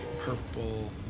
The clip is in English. purple